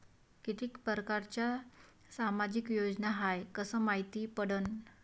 कितीक परकारच्या सामाजिक योजना हाय कस मायती पडन?